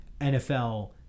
NFL